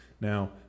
Now